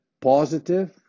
positive